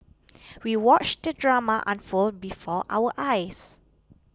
we watched the drama unfold before our eyes